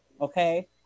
Okay